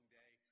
day